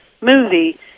movie